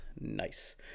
Nice